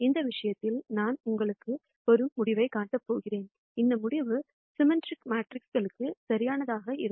இந்த விஷயத்தில் நான் உங்களுக்கு முடிவைக் காட்டப் போகிறேன் இந்த முடிவு சிம்மெட்ரிக் மேட்ரிக்ஸ்க்குகளுக்கு சரியானதாக இருக்கும்